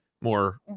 more